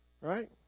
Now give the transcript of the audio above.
Right